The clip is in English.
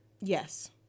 Yes